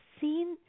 seen